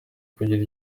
kugira